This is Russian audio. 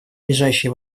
лежащие